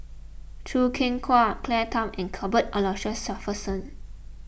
Choo Keng Kwang Claire Tham and Cuthbert Aloysius Shepherdson